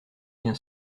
bien